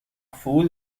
fool